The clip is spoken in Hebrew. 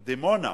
מדימונה,